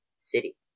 city